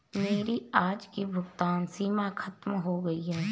मेरी आज की भुगतान सीमा खत्म हो गई है